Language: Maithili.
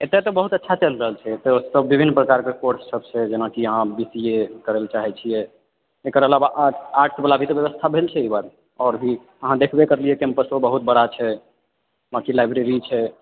एतय तऽ बहुत अच्छा चलि रहल छै एतय तऽ विभिन्न प्रकारके कोर्ससभ छै जेनाकि अहाँ बी सी ए करय लेल चाहैत छियै एकर अलावा आर्ट आर्ट्सवला भी तऽ व्यवस्था भेल छै आओर भी अहाँ देखबे केलियै कैम्पसो बहुत बड़ा छै बाँकी लाइब्रेरी छै